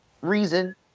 Reason